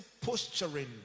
posturing